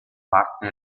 parte